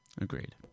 Agreed